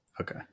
Okay